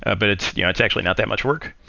ah but it's yeah it's actually not that much work.